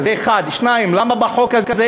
זה, 1. 2. למה בחוק הזה,